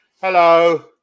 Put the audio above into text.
Hello